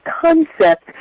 concept